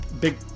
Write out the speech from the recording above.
big